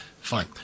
Fine